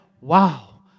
wow